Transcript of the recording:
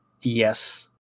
Yes